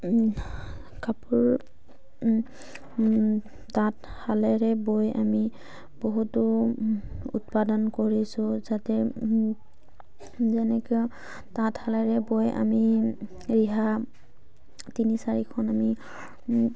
কাপোৰ তাঁতশালেৰে বৈ আমি বহুতো উৎপাদন কৰিছোঁ যাতে যেনেকে তাঁতশালেৰে বৈ আমি ৰিহা তিনি চাৰিখন আমি